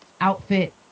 outfit